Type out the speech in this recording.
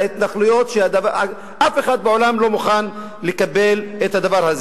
להתנחלויות שאף אחד בעולם לא מוכן לקבל אותן.